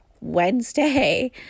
Wednesday